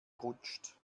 rutscht